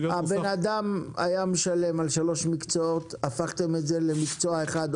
הבן אדם היה משלם על שלוש מקצועות והפכתם את זה למקצוע אחד,